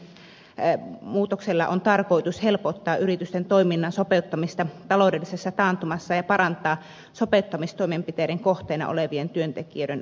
tällä työttömyysturvalain muutoksella on tarkoitus helpottaa yritysten toiminnan sopeuttamista taloudellisessa taantumassa ja parantaa sopeuttamistoimenpiteiden kohteena olevien työntekijöiden asemaa